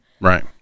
Right